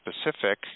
specific